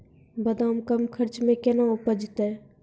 बादाम कम खर्च मे कैना उपजते?